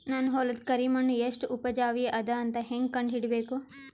ನನ್ನ ಹೊಲದ ಕರಿ ಮಣ್ಣು ಎಷ್ಟು ಉಪಜಾವಿ ಅದ ಅಂತ ಹೇಂಗ ಕಂಡ ಹಿಡಿಬೇಕು?